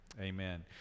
Amen